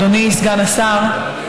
אדוני סגן השר,